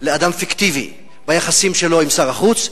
לאדם פיקטיבי ביחסים שלו עם שר החוץ.